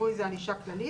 קבעו איזו ענישה כללית.